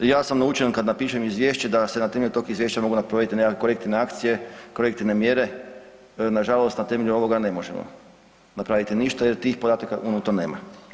Ja sam naučen kad napišem izvješće da se na temelju tog izvješća mogu napraviti nekakve korektivne akcije, korektivne mjere, nažalost na temelju ovog ne možemo napraviti ništa jer tih podataka unutra nema.